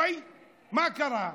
וואי, מה קרה?